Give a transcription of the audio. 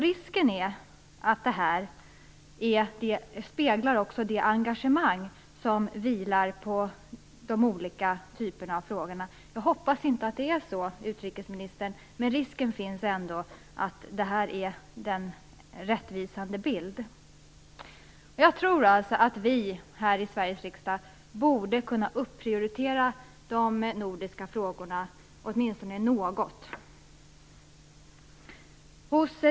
Risken är att detta också speglar det engagemang som finns i de olika typerna av frågor. Jag hoppas att det inte är så, utrikesministern, men risken finns att detta är en rättvisande bild. Jag tror att vi här i Sveriges riksdag borde kunna prioritera de nordiska frågorna åtminstone något.